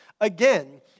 Again